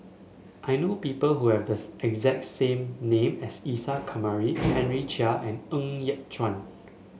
I know people who have thus exact same name as Isa Kamari Henry Chia and Ng Yat Chuan